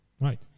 Right